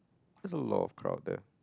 there's a lot of crowd there